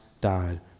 died